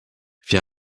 wir